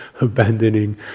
abandoning